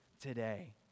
today